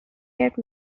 kept